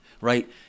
right